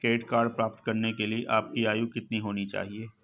Credit card प्राप्त करने के लिए आपकी आयु कितनी होनी चाहिए?